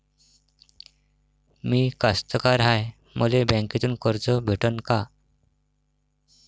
मी कास्तकार हाय, मले बँकेतून कर्ज भेटन का?